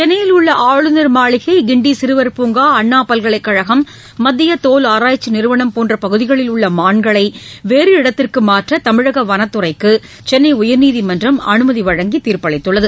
சென்னையில் உள்ள ஆளுநர் மாளிகை கிண்டி சிறுவர் பூங்கா அண்ணா பல்கலைக்கழகம் மத்திய தோல் ஆராய்ச்சி நிறுவனம் போன்ற பகுதிகளில் உள்ள மான்களை வேறு இடத்திற்கு மாற்ற தமிழக வனத்துறைக்கு சென்னை உயர்நீதிமன்றம் அனுமதி வழங்கி தீர்ப்பளித்துள்ளது